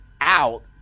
out